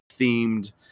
themed